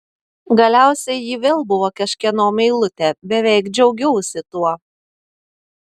galiausiai ji vėl buvo kažkieno meilutė beveik džiaugiausi tuo